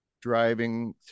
driving